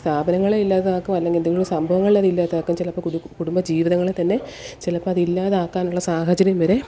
സ്ഥാപനങ്ങളെ ഇല്ലാതാക്കാം അല്ലെങ്കിൽ എന്തെങ്കിലും സംഭവങ്ങൾ ഇല്ലാതാക്കാം ചിലപ്പോൾ കുടു കുടുംബ ജീവിതങ്ങൾ തന്നെ ചിലപ്പോൾ അത് ഇല്ലാതാക്കാനുള്ള സാഹചര്യം വരെ